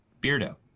Beardo